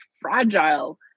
fragile